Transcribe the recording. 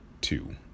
two